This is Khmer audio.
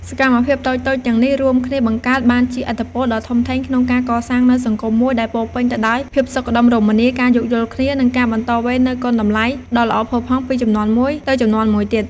សកម្មភាពតូចៗទាំងនេះ រួមគ្នាបង្កើតបានជាឥទ្ធិពលដ៏ធំធេងក្នុងការកសាងនូវសង្គមមួយដែលពោរពេញទៅដោយភាពសុខដុមរមនា ការយោគយល់គ្នា និងការបន្តវេននូវគុណតម្លៃដ៏ល្អផូរផង់ពីជំនាន់មួយទៅជំនាន់មួយទៀត។